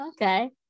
Okay